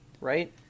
Right